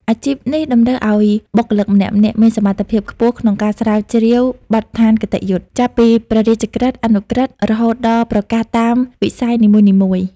អាជីពនេះតម្រូវឱ្យបុគ្គលម្នាក់ៗមានសមត្ថភាពខ្ពស់ក្នុងការស្រាវជ្រាវបទដ្ឋានគតិយុត្តិ ចាប់ពីព្រះរាជក្រឹត្យ អនុក្រឹត្យ រហូតដល់ប្រកាសតាមវិស័យនីមួយៗ។